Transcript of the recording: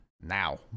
now